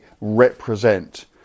represent